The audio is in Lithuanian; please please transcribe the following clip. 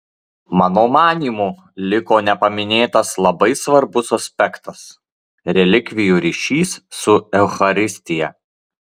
mano manymu liko nepaminėtas labai svarbus aspektas relikvijų ryšys su eucharistija